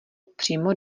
přímo